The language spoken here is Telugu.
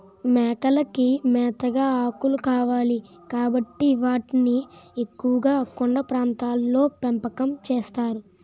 మేకలకి మేతగా ఆకులు కావాలి కాబట్టి వాటిని ఎక్కువుగా కొండ ప్రాంతాల్లో పెంపకం చేస్తారు